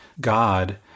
God